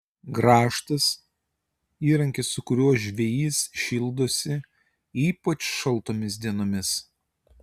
grąžtas įrankis su kuriuo žvejys šildosi ypač šaltomis dienomis